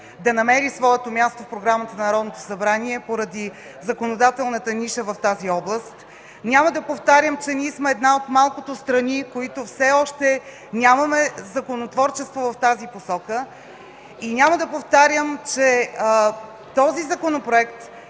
да намери своето място в програмата на Народното събрание поради законодателната ниша в тази област. Няма да повтарям, че сме една от малкото страни, които все още нямат законотворчество в тази посока. Няма да повтарям, че този законопроект